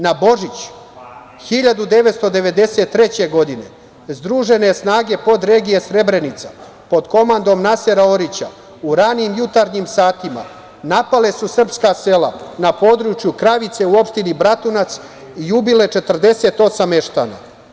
Na Božić 1993. godine združene snage podregije Srebrenica pod komandom Nasera Orića, u ranim jutarnjim satima napale su sprska sela na području Kravice u opštini Bratunac i ubile 48 meštana.